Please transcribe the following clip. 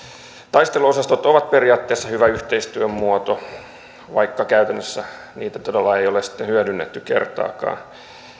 taisteluosastot ovat periaatteessa hyvä yhteistyön muoto vaikka käytännössä niitä todella ei ole hyödynnetty kertaakaan